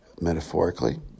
Metaphorically